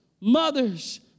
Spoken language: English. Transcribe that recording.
mothers